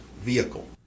vehicle